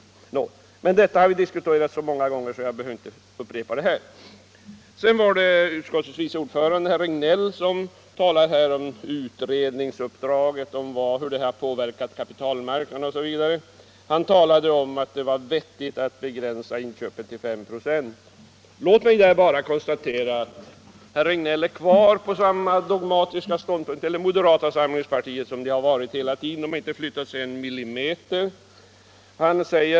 verksamhet —- Men detta har vi diskuterat så många gånger tidigare att jag inte behöver upprepa det. Utskottets vice ordförande talade om utredningsuppdraget och om hur kapitalmarknaden har påverkats. Han sade att det var vettigt att begränsa fondens aktieinköp till 5 96. Låt mig bara konstatera att moderata samlingspartiet står kvar på samma dogmatiska ståndpunkt som tidigare; man har inte flyttat sig en millimeter.